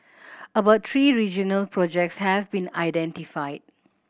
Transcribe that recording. about three regional projects have been identified